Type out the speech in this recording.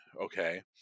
okay